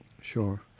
Sure